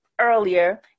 earlier